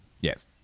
Yes